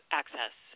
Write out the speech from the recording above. access